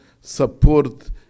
support